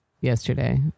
yesterday